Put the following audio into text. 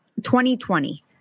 2020